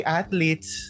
athletes